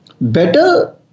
better